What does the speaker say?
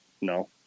No